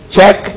Check